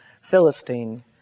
Philistine